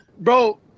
Bro